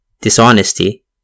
dishonesty